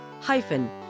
hyphen